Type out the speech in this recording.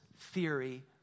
theory